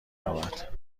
یابد